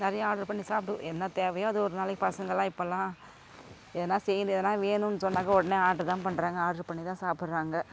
நிறைய ஆர்டரு பண்ணி சாப்பிடுவோம் என்ன தேவையோ அது ஒரு நாளைக்கு பசங்களாம் இப்பெல்லாம் எதுன்னா செய்து வேணும்னு சொன்னாக்க உடனே ஆர்டரு தான் பண்ணுறாங்க ஆர்டரு பண்ணிதான் சாப்பிட்றாங்க